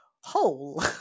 Hole